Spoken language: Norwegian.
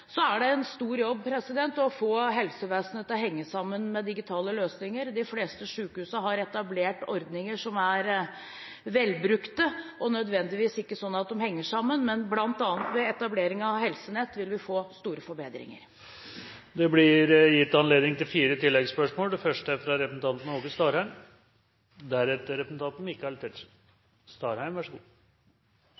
Så er det en stor jobb å få helsevesenet til å henge sammen med digitale løsninger. De fleste sykehusene har etablert ordninger som er velbrukte og ikke nødvendigvis sånn at de henger sammen, men bl.a. ved etablering av Helsenett vil vi få store forbedringer. Det blir gitt anledning til fire oppfølgingsspørsmål – først representanten Åge Starheim.